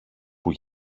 που